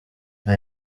nta